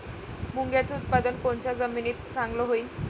मुंगाचं उत्पादन कोनच्या जमीनीत चांगलं होईन?